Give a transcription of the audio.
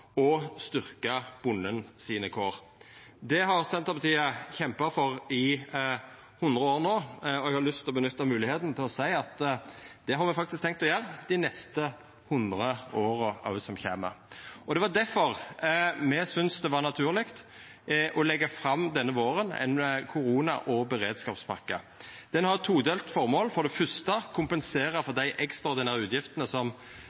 og styrkja bonden sine kår. Det har Senterpartiet kjempa for i 100 år no, og eg har lyst til å nytta moglegheita til å seia at det har me faktisk tenkt å gjera dei neste 100 åra som kjem. Det var difor me synest det var naturleg å leggja fram denne våren ei korona- og beredskapspakke. Ho har eit todelt formål – for det første å kompensera for dei ekstraordinære utgiftene som